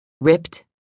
Ripped